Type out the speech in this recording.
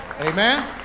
Amen